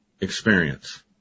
experience